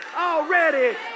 already